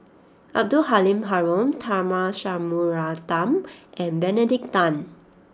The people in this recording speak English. Abdul Halim Haron Tharman Shanmugaratnam and Benedict Tan